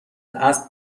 اسب